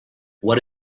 what